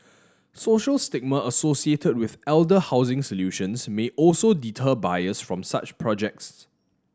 social stigma associated with elder housing solutions may also deter buyers from such projects